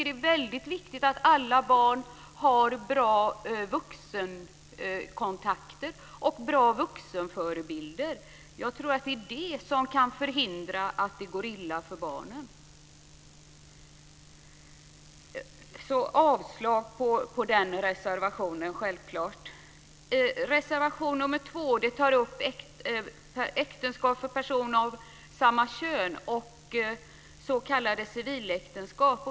Det är viktigt att alla barn har bra vuxenkontakter och vuxenförebilder. Det kan förhindra att det går illa för barnen. Jag yrkar självklart avslag på reservation 1. I reservation nr 2 tar man upp äktenskap för personer av samma kön och s.k. civiläktenskap.